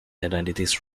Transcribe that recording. identities